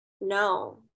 no